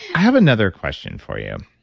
i have another question for you.